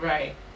Right